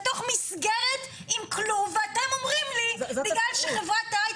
בתוך מסגרת עם כלוב ואתם אומרים לי בגלל שחברת היי